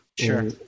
Sure